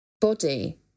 body